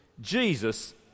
Jesus